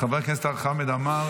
חבר הכנסת אבי מעוז,